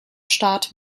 staat